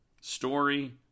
Story